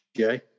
Okay